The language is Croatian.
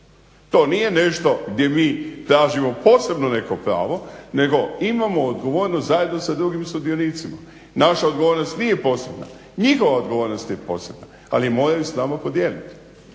TO nije nešto gdje mi tražimo posebno neko pravo nego imamo odgovornost zajedno sa drugim sudionicima. Naša odgovornost nije posebna, njihova odgovornost je posebna ali je moraju s nama podijeliti.